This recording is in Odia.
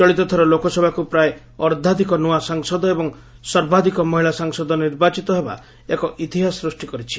ଚଳିତଥର ଲୋକସଭାକ୍ ପ୍ରାୟ ଅର୍ଭ୍ବାଧକ ନ୍ତଆ ସାଂସଦ ଏବଂ ସର୍ବାଧକ ମହିଳା ସାଂସଦ ନିର୍ବାଚିତ ହେବା ଏକ ଇତିହାସ ସୂଷ୍କି କରିଛି